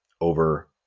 over